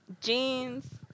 Jeans